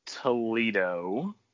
Toledo